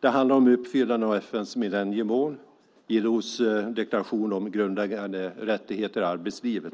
Det handlar om uppfyllande av FN:s millenniemål, bland annat ILO:s deklaration om grundläggande rättigheter i arbetslivet.